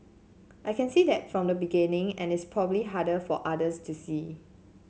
I can see that from the beginning and it's probably harder for others to see